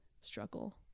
struggle